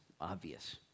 obvious